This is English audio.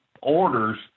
orders